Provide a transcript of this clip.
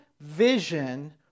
vision